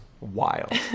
wild